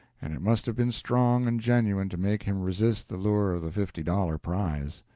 and it must have been strong and genuine to make him resist the lure of the fifty-dollar prize.